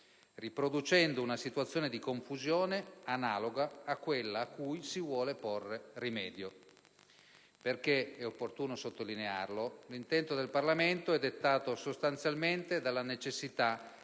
riproducendo una situazione di confusione analoga a quella cui si vuole porre rimedio perché - è opportuno sottolinearlo - l'intento del Parlamento è dettato sostanzialmente dalla necessità